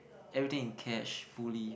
everything in cash fully